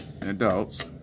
adults